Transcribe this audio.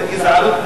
את הגזענות,